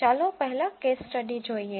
ચાલો પહેલા case study જોઈએ